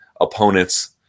opponent's